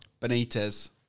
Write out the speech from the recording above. Benitez